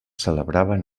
celebraven